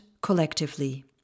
collectively